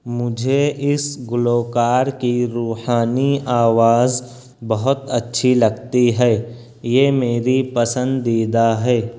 مجھے اس گلوکار کی روحانی آواز بہت اچھی لگتی ہے یہ میری پسندیدہ ہے